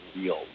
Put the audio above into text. real